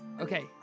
Okay